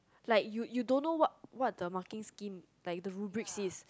like you you don't know what what the marking scheme like the rubric is